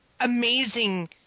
amazing